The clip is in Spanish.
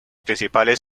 principales